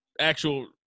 actual